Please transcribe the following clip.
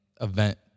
event